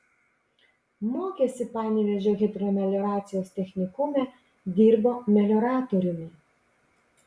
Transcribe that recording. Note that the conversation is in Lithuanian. mokėsi panevėžio hidromelioracijos technikume dirbo melioratoriumi